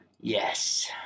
Yes